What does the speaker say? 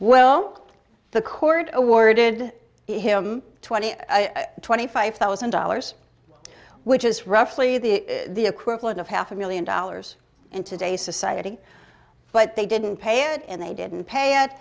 well the court awarded him twenty twenty five thousand dollars which is roughly the equivalent of half a million dollars in today's society but they didn't pay it and they didn't pay